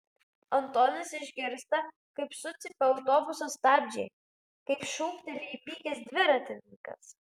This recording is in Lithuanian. antonis išgirsta kaip sucypia autobuso stabdžiai kaip šūkteli įpykęs dviratininkas